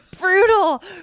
Brutal